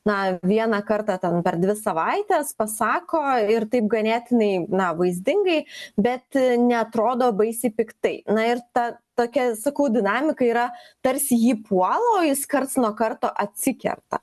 na vieną kartą ten per dvi savaites pasako ir taip ganėtinai na vaizdingai bet neatrodo baisiai piktai na ir ta tokia sakau dinamika yra tarsi jį puola o jis karts nuo karto atsikerta